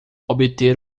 obter